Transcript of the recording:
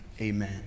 Amen